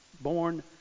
born